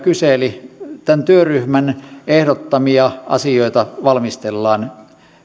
kyselivät tämän työryhmän ehdottamia asioita valmistellaan